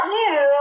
new